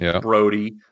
Brody